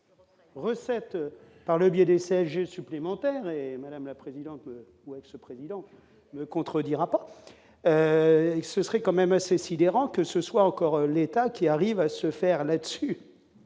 recettes par le biais des sièges supplémentaires, madame la présidente, ce président ne contredira pas et ce serait quand même assez sidérant que ce soit encore l'État qui arrive à se faire là-dessus